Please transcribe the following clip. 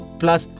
plus